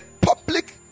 public